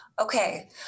Okay